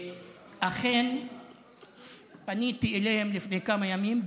אכן פניתי אליהם לפני כמה ימים.